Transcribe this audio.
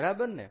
બરાબર ને